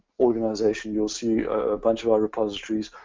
organization you'll see a bunch of our repositories,